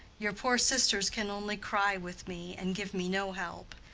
your poor sisters can only cry with me and give me no help.